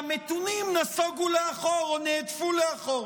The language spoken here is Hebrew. והמתונים נסוגו לאחור או נהדפו לאחור.